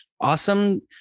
awesome